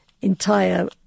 entire